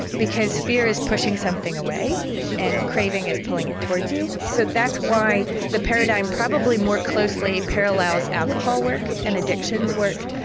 because fear is pushing something away and craving is pulling it towards you. so that's why the paradigm probably more closely parallels alcohol work and addictions work,